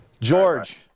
George